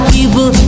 People